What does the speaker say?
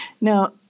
Now